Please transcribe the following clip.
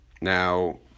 Now